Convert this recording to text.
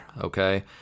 Okay